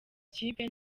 ikipe